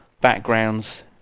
backgrounds